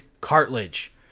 cartilage